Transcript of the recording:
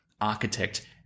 architect